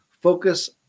focus